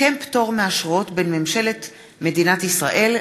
הצעת חוק לתיקון פקודת מס הכנסה (פטור ממס למקבלי קצבת ילד נכה),